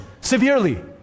severely